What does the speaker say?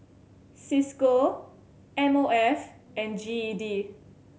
Cisco M O F and G E D